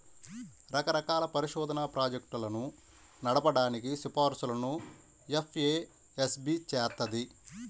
రకరకాల పరిశోధనా ప్రాజెక్టులను నడపడానికి సిఫార్సులను ఎఫ్ఏఎస్బి చేత్తది